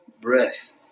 breath